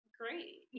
great